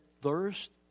thirst